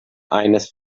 eines